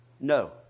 No